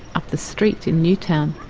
up the street in newtown,